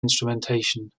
instrumentation